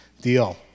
deal